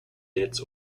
nets